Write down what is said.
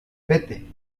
vete